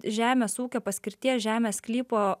žemės ūkio paskirties žemės sklypo